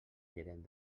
gerent